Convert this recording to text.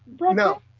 no